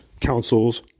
councils